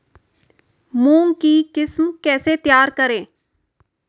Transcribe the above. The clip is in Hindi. मूंग की किस्म कैसे तैयार करें?